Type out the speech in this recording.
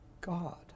God